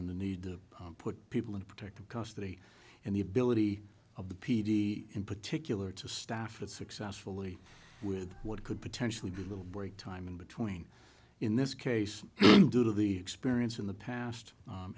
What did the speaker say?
and the need to put people in protective custody and the ability of the p d in particular to staff that successfully with what could potentially do a little break time in between in this case due to the experience in the past